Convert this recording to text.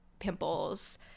pimples